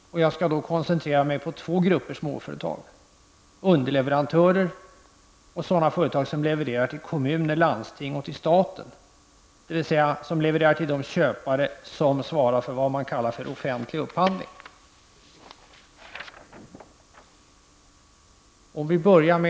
Jag skall då koncentrera mig på två grupper småföretag -- underleverantörer och sådana företag som levererar till kommuner, landsting och staten, dvs. till de köpare som svarar för vad man kallar offentlig upphandling.